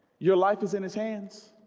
your life is in his hands